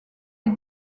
est